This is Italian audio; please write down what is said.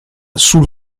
sul